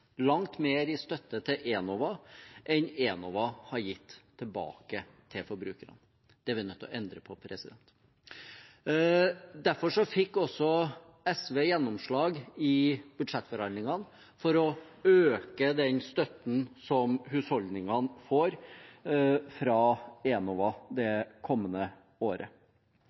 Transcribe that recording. langt mer i støtte til Enova enn Enova har gitt tilbake til forbrukerne. Det er vi nødt til å endre på. Derfor fikk SV gjennomslag i budsjettforhandlingene for å øke den støtten som husholdningene får fra Enova det kommende året.